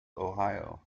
ohio